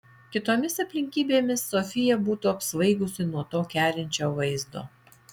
kitomis aplinkybėmis sofija būtų apsvaigusi nuo to kerinčio vaizdo